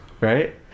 right